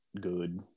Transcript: good